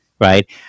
right